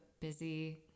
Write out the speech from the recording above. busy